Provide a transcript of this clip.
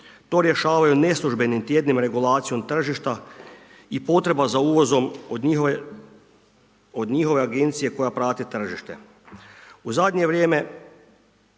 to rješavaju neslužbenim tjednima regulacijom tržišta i potreba za uvozom od njihove agencije koja prati tržište. U zadnje vrijeme